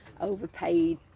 overpaid